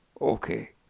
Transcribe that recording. okay